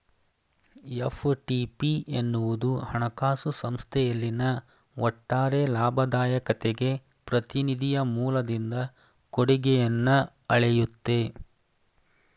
FTP ಎನ್ನುವುದು ಹಣಕಾಸು ಸಂಸ್ಥೆಯಲ್ಲಿನ ಒಟ್ಟಾರೆ ಲಾಭದಾಯಕತೆಗೆ ಪ್ರತಿನಿಧಿಯ ಮೂಲದಿಂದ ಕೊಡುಗೆಯನ್ನ ಅಳೆಯುತ್ತೆ